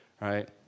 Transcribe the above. right